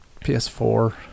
PS4